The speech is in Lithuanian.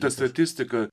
ta statistika